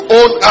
own